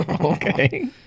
Okay